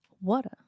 Water